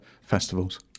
festivals